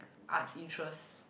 arts interest